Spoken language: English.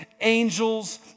angels